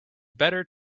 better